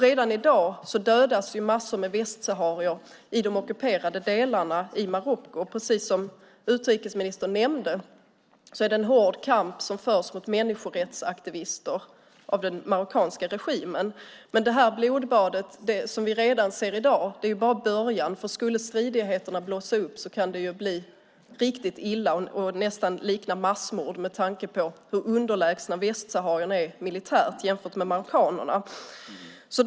Redan i dag dödas många västsaharier i de ockuperade delarna. Precis som utrikesministern nämnde är det en hård kamp som förs mot människorättsaktivister av den marockanska regimen. Det blodbad vi ser i dag är bara början. Om stridigheterna blossar upp kan det bli riktigt illa och nästan likna massmord med tanke på hur underlägsna västsaharierna är militärt jämfört med marockanerna.